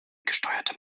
gesteuerte